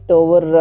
over